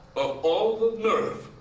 of all the nerve.